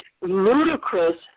ludicrous